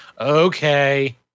okay